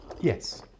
Yes